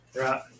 Right